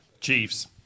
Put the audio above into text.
Chiefs